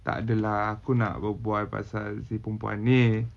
takde lah aku nak berbual pasal si perempuan ni